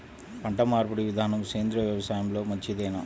పంటమార్పిడి విధానము సేంద్రియ వ్యవసాయంలో మంచిదేనా?